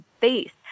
faith